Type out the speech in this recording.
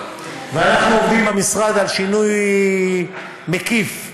ואנחנו עובדים במשרד על שינוי מקיף,